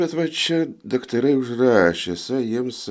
bet va čia daktarai užrašė esa jiems